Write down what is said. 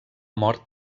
mort